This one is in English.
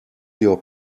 your